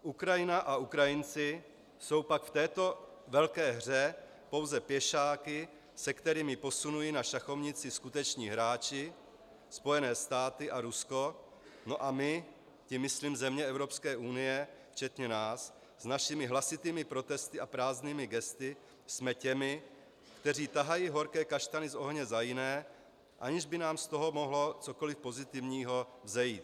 Ukrajina a Ukrajinci jsou pak v této velké hře pouze pěšáky, se kterými posunují na šachovnici skuteční hráči Spojené státy a Rusko no a my, tím myslím země Evropské unie včetně nás, s našimi hlasitými protesty a prázdnými gesty jsme těmi, kteří tahají horké kaštany z ohně za jiné, aniž by nám z toho mohlo cokoli pozitivního vzejít.